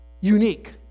Unique